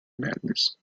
madness